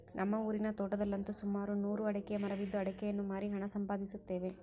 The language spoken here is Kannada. ನಮ್ಮ ಊರಿನ ತೋಟದಲ್ಲಂತು ಸುಮಾರು ನೂರು ಅಡಿಕೆಯ ಮರವಿದ್ದು ಅಡಿಕೆಯನ್ನು ಮಾರಿ ಹಣ ಸಂಪಾದಿಸುತ್ತೇವೆ